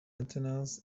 sentinels